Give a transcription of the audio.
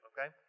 Okay